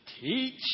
teach